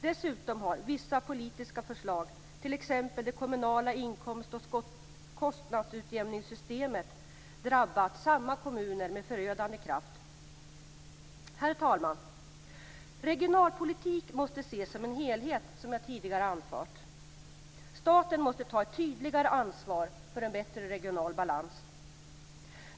Dessutom har vissa politiska förslag, t.ex. det kommunala inkomst och kostnadsutjämningssystemet, drabbat samma kommuner med förödande kraft. Herr talman! Regionalpolitik måste, som jag tidigare har anfört, ses som en helhet. Staten måste ta ett tydligare ansvar för en bättre regional balans.